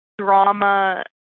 drama